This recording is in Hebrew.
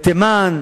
בתימן,